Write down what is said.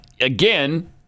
Again